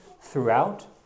throughout